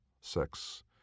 sex